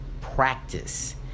practice